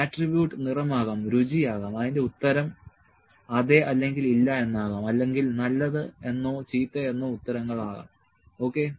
attribute നിറമാകാം രുചി ആകാം അതിന്റെ ഉത്തരം അതെ അല്ലെങ്കിൽ ഇല്ല എന്നാകാം അല്ലെങ്കിൽ നല്ലത് എന്നോ ചീത്ത എന്നോ ഉത്തരങ്ങൾ ആകാം ഓക്കേ